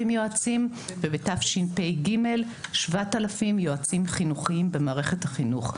יועצים ובתשפ"ג 7,000 יועצים חינוכיים במערכת החינוך.